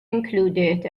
included